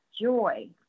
joy